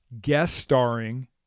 guest-starring